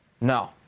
No